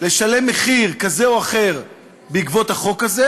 לשלם מחיר כזה או אחר בעקבות החוק הזה,